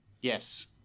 Yes